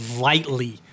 lightly